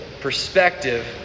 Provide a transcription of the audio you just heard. Perspective